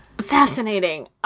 Fascinating